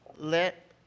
let